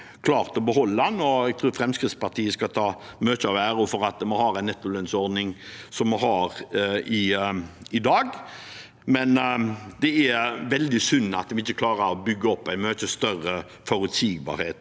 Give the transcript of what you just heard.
Jeg tror Fremskrittspartiet skal ha mye av æren for at vi har den nettolønnsordningen vi har i dag, men det er veldig synd at vi ikke klarer å bygge opp mye større forutsigbarhet